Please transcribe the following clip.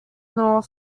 nor